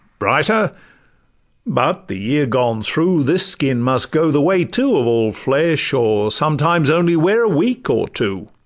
brighter but the year gone through, this skin must go the way, too, of all flesh, or sometimes only wear a week or two